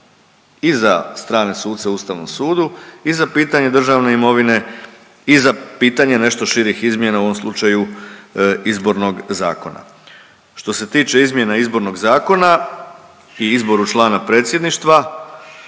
I za strane suce u Ustavnom sudu i za pitanje državne imovine i za pitanje nešto širih izmjena u ovom slučaju izbornog zakona. Što se tiče izmjena izbornog zakona i izboru člana Predsjedništva,